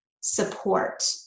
support